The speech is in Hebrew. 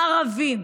הערבים,